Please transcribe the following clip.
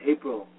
April